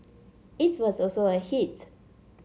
it was also a hit